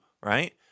right